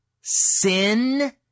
sin